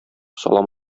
салам